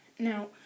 Now